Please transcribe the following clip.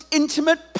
intimate